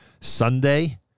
Sunday